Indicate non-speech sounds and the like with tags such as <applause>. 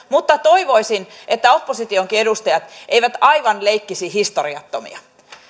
<unintelligible> mutta toivoisin että oppositionkaan edustajat eivät aivan leikkisi historiattomia